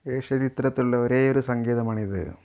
ഏഷ്യയിൽ ഇത്തരത്തിലുള്ള ഒരേ ഒരു സങ്കേതമാണിത്